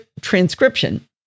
transcription